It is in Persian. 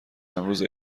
امروز